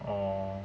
oh